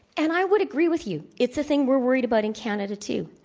and i would agree with you. it's a thing we're worried about in canada, too.